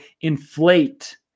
inflate